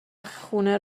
خونه